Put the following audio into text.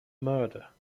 murder